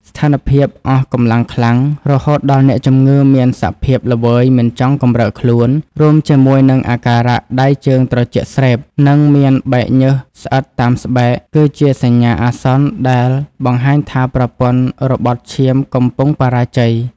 ស្ថានភាពអស់កម្លាំងខ្លាំង រហូតដល់អ្នកជំងឺមានសភាពល្វើយមិនចង់កម្រើកខ្លួន រួមជាមួយនឹងអាការៈដៃជើងត្រជាក់ស្រេប និងមានបែកញើសស្អិតតាមស្បែក គឺជាសញ្ញាអាសន្នដែលបង្ហាញថាប្រព័ន្ធរបត់ឈាមកំពុងបរាជ័យ។